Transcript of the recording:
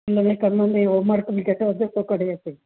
हिन में कम में होमवर्क बि घटि वधि थो करे अचे